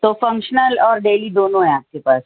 تو فنگشنل اور ڈیلی دونوں ہے آپ کے پاس